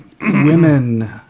women